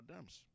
Dems